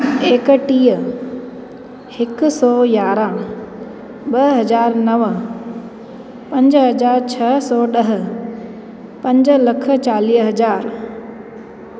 एकटीह हिकु सौ यारहं ॿ हज़ार नव पंज हज़ार छह सौ ॾह पंज लख चालीह हज़ार